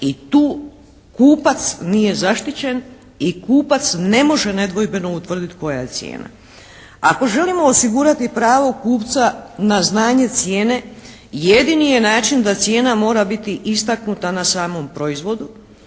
i tu kupac nije zaštićen i kupac ne može nedvojbeno utvrditi koja je cijena. Ako želimo osigurati pravo kupca na znanje cijene, jedini je način da cijena mora biti istaknuta na samom proizvodu